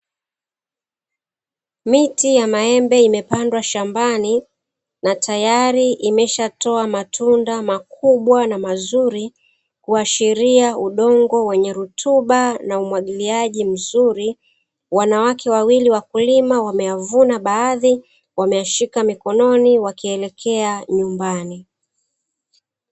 Miti ya Maembe imependwa shambani, na tayari imeshatoa matunda makubwa na mazuri, kuashiria Udongo wenye rutuba na umwagiliaji mzuri. Wanawake wawili wakulima wameyavuna baadhi wameyashika mikononi wakielekea nyumbani.